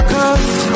Cause